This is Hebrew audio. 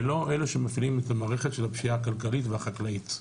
ולא אלה שמפעילים את המערכת של הפשיעה הכלכלית והחקלאית.